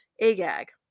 Agag